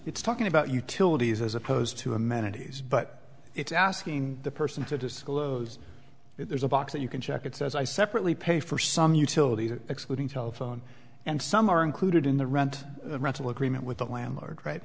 it's talking about utilities as opposed to amenities but it's asking the person to disclose if there's a box that you can check it says i separately pay for some utility to excluding telephone and some are included in the rent rental agreement with the landlord right